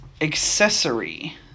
accessory